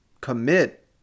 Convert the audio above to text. commit